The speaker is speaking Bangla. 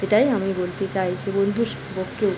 এটাই আমি বলতে চাইছি বন্ধু সম্পর্কে